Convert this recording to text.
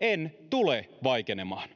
en tule vaikenemaan